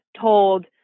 told